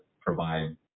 provide